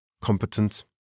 competent